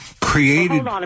created